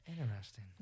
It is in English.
Interesting